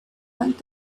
want